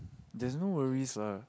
that is no worries what